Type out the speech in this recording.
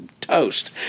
toast